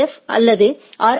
F அல்லது R